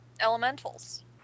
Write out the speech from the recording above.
elementals